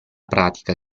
pratica